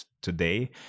today